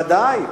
בוודאי.